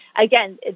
again